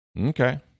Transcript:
Okay